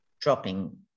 dropping